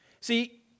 See